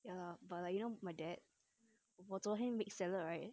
ya but like you know my dad 我昨天 made salad right